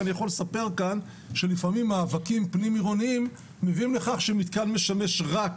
אני יכול לספר כאן שלפעמים מאבקים עירוניים מביאים לכך שמתקן משמש רק